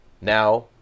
Now